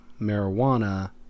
marijuana